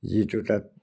যিটো তাত